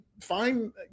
fine